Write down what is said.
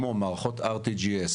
כמו מערכות RTGS,